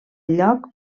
lloc